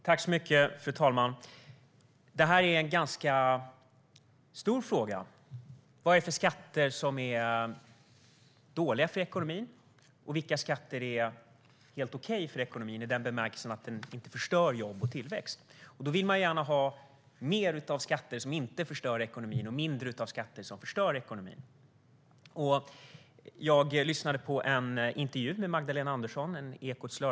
Fru talman! Detta är en ganska stor fråga. Vilka skatter är dåliga för ekonomin, och vilka skatter är helt okej för ekonomin i den bemärkelsen att de inte förstör jobb och tillväxt? Man vill ju gärna ha mer av skatter som inte förstör ekonomin och mindre av skatter som förstör ekonomin. Jag lyssnade på Ekots lördagsintervju med Magdalena Andersson.